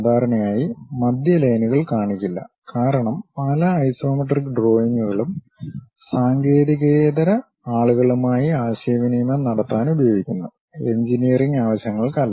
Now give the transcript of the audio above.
സാധാരണയായി മധ്യലൈനുകൾ കാണിക്കില്ല കാരണം പല ഐസോമെട്രിക് ഡ്രോയിംഗുകളും സാങ്കേതികേതര ആളുകളുമായി ആശയവിനിമയം നടത്താൻ ഉപയോഗിക്കുന്നു എഞ്ചിനീയറിംഗ് ആവശ്യങ്ങൾക്കല്ല